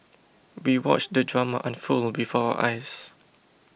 we watched the drama unfold before our eyes